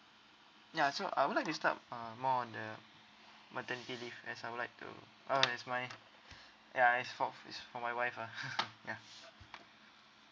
ya so I would like to start uh more on the maternity leave as I would like to uh it's my ya it's for it's for my wife ah ya